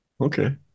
Okay